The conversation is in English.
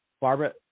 Barbara